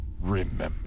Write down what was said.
Remember